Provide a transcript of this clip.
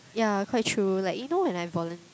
yeah quite true like you know when I volun~